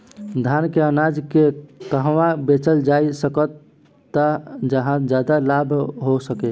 धान के अनाज के कहवा बेचल जा सकता जहाँ ज्यादा लाभ हो सके?